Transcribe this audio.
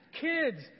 kids